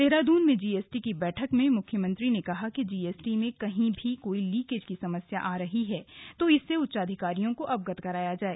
देहरादून में जीएसटी की बैठक में मुख्यमंत्री ने कहा कि जीएसटी में कहीं भी कोई लीकेज की समस्या आ रही है तो इससे उच्चाधिकारियों को अवगत कराया जाय